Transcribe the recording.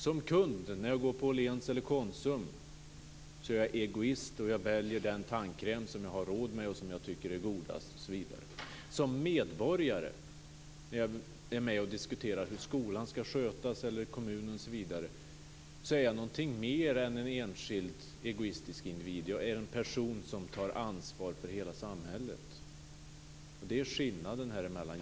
Som kund, när jag går på Åhléns eller Konsum, är jag egoist, och jag väljer den tandkräm som jag har råd med, som jag tycker är godast osv. Som medborgare, när jag är med och diskuterar hur skolan eller kommunen skall skötas, är jag någonting mer än en enskild, egoistisk individ. Jag är en person som tar ansvar för hela samhället. Det är skillnaden här emellan.